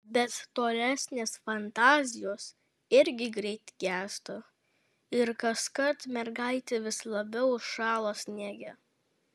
bet tolesnės fantazijos irgi greit gęsta ir kaskart mergaitė vis labiau šąla sniege